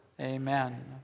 Amen